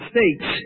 States